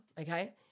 okay